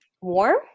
warm